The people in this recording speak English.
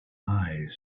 eyes